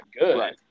good